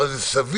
אבל זה סביר.